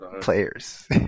Players